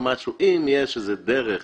אם יש איזו דרך לתקן,